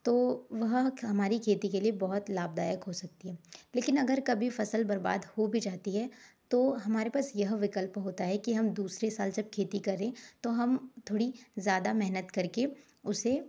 तो वह हमारी खेती के लिए बहुत लाभदायक हो सकती है लेकिन अगर कभी फ़सल बर्बाद हो भी जाती है तो हमारे पास यह विकल्प होता है कि हम दूसरे साल जब खेती करें तो हम थोड़ी ज़्यादा मेहनत करके उसे